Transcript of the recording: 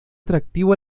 atractivo